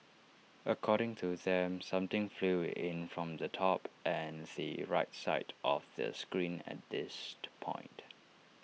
according to them something flew in from the top and the right side of the screen at this point